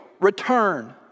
return